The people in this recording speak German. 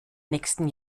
nächsten